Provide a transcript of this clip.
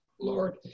lord